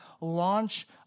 launch